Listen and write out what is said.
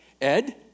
Ed